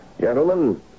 Gentlemen